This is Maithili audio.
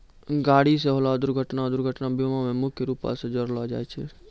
गाड़ी से होलो दुर्घटना दुर्घटना बीमा मे मुख्य रूपो से जोड़लो जाय छै